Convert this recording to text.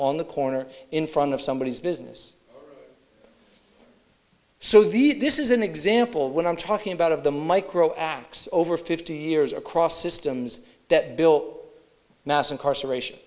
on the corner in front of somebodies business so this is an example when i'm talking about of the micro acts over fifty years across systems that bill mass incarceration